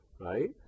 right